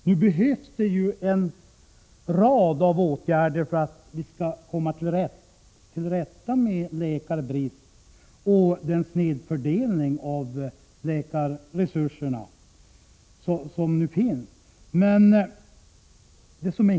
Nu behövs en rad åtgärder för att vi skall komma till rätta med läkarbristen och snedfördelningen av läkarresurserna.